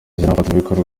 n’abafatanyabikorwa